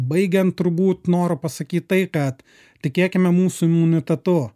baigiant turbūt noriu pasakyt tai kad tikėkime mūsų imunitetu